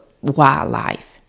wildlife